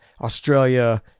Australia